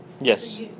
Yes